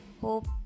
hope